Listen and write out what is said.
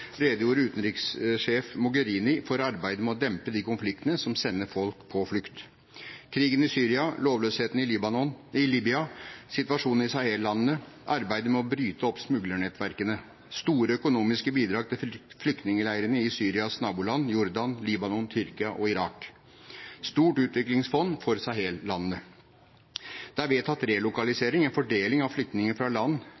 redegjorde utenrikssjef Mogherini for arbeidet med å dempe de konfliktene som sender folk på flukt – krigen i Syria, lovløsheten i Libya, situasjonen i Sahel-landene, arbeidet med å bryte opp smuglernettverkene, store økonomiske bidrag til flyktningleirene i Syrias naboland Jordan, Libanon, Tyrkia og Irak, stort utviklingsfond for Sahel-landene. Det er vedtatt relokalisering, en fordeling av flyktningene fra land